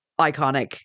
iconic